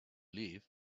live